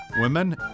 women